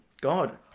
God